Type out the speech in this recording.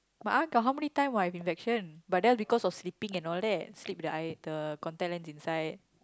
but uh how many times what I have infection but because of sleeping sleep the eye the contact lens inside